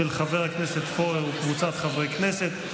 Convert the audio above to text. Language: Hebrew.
של חבר הכנסת פורר וקבוצת חברי הכנסת.